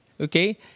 okay